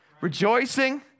rejoicing